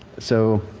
so